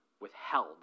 withheld